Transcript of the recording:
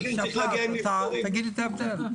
תגיד את ההבדל.